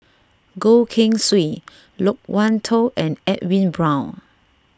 Goh Keng Swee Loke Wan Tho and Edwin Brown